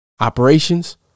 Operations